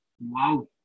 wow